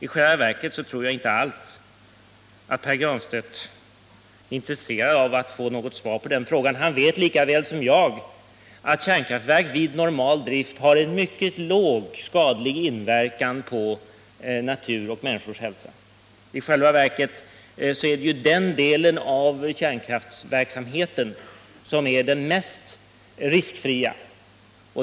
I själva verket tror jag att Pär Granstedt inte alls är intresserad av att få svar på den frågan. Han vet lika väl som jag att kärnkraftverk vid normal drift har en mycket låg skadlig inverkan på natur och människors hälsa. I själva verket är det den delen av kärnkraftsverksamheten som är den mest riskfria.